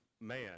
Man